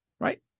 Right